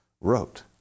wrote